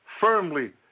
firmly